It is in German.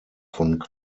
von